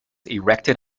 erected